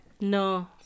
No